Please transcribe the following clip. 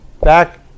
back